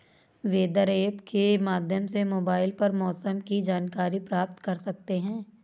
weather app के माध्यम से मोबाइल पर मौसम की जानकारी प्राप्त कर सकते हैं